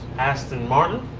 aston martin.